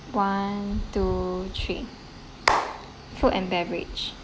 one two three food and beverage